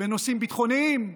בנושאים ביטחוניים,